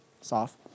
soft